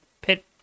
pit